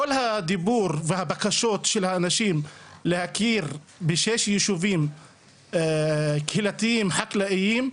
כל הדיבור והבקשות של האנשים להכיר בשישה יישובים קהילתיים חקלאיים,